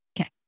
Okay